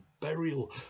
burial